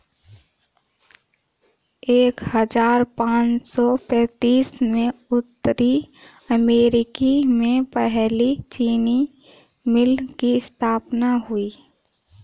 एक हजार पाँच सौ पैतीस में उत्तरी अमेरिकी में पहली चीनी मिल की स्थापना हुई